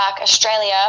Australia